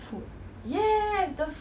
like don't know why